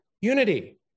unity